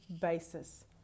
basis